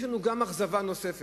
יש לנו גם אכזבה נוספת